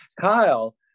Kyle